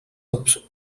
obscene